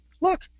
look